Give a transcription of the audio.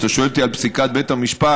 כשאתה שואל אותי על פסיקת בית המשפט,